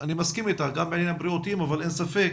אני מסכים איתך גם בעניינים בריאותיים אבל אין ספק